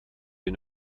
den